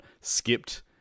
skipped